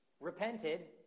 repented